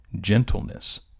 gentleness